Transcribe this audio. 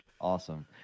awesome